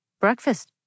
Breakfast